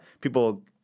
people –